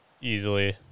Easily